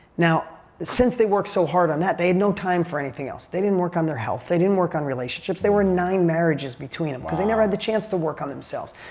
now since they worked so hard on that, they had no time for anything else. they didn't work on their health. they didn't work on relationships. there were nine marriages between them because they never had the chance to work on themselves.